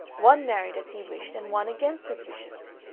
one married as he wished and one against his wishes,